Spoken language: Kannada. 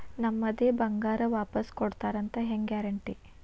ನಮ್ಮದೇ ಬಂಗಾರ ವಾಪಸ್ ಕೊಡ್ತಾರಂತ ಹೆಂಗ್ ಗ್ಯಾರಂಟಿ?